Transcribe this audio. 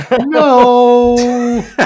No